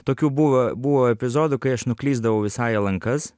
tokių buvo buvo epizodų kai aš nuklysdavau visai į lankas